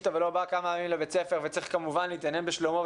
טוב ולא בא כמה ימים לבית ספר וצריך כמובן להתעניין בשלומו,